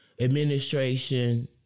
administration